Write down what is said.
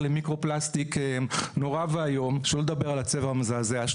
זה צריך להיפסק, והמחוקק פה צריך לתת עזרה.